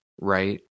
right